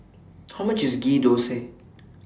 How much IS Ghee Thosai